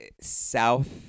South